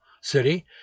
City